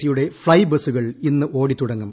സിയുടെ ഫ്ളൈ ബസുക്ൾ ഇന്ന് ഓടിത്തുടങ്ങും